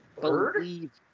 Believe